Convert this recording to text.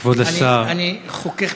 מקווה שההתקף יימשך.